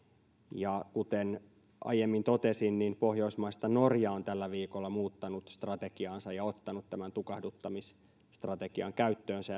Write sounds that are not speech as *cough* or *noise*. ja kuten aiemmin totesin niin pohjoismaista norja on tällä viikolla muuttanut strategiaansa ja ottanut tämän tukahduttamisstrategian käyttöönsä *unintelligible*